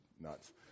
nuts